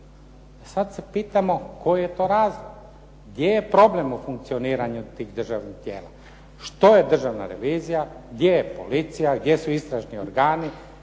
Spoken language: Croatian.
sad se pitamo koji je to razlog? Gdje je problem u funkcioniranju tih državnih tijela? Što je državna revizija? Gdje je policija? Gdje su istražni organi?